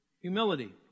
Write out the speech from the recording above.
Humility